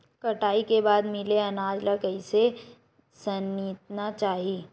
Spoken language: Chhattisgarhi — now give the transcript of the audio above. कटाई के बाद मिले अनाज ला कइसे संइतना चाही?